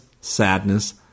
sadness